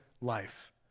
life